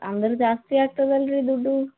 ಅಂದ್ರೆ ಜಾಸ್ತಿ ಆಗ್ತದಲ್ಲ ರೀ ದುಡ್ಡು